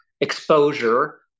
exposure